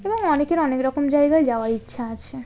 এবং অনেকের অনেক রকম জায়গায় যাওয়ার ইচ্ছা আছে